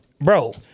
bro